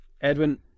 Edwin